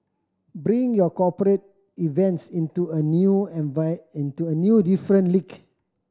bring your cooperate events into a new into a new different league